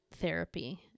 therapy